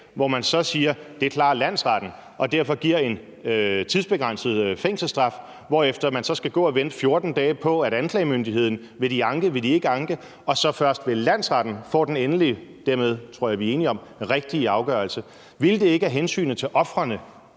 hvor man så siger, at det klarer landsretten, og man derfor giver en tidsbegrænset fængselsstraf, hvorefter de så skal gå og vente 14 dage på, om anklagemyndigheden vil anke eller den ikke vil anke, og de så først ved landsretten får den endelige og dermed den – det tror jeg er vi enige om – rigtige afgørelse. Ville det ikke af hensynet til ofrene